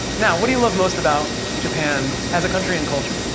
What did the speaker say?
now, what do you love most about japan as a country and culture?